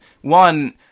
One